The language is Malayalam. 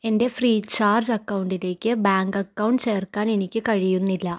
എൻ്റെ ഫ്രീ ചാർജ് അക്കൗണ്ടിലേക്ക് ബാങ്ക് അക്കൗണ്ട് ചേർക്കാൻ എനിക്ക് കഴിയുന്നില്ല